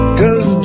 Cause